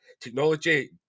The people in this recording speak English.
technology